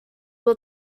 will